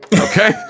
Okay